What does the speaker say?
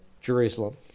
Jerusalem